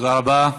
תודה רבה.